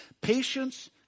Patience